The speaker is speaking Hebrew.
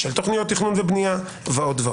של תוכניות תכנון ובנייה ועוד.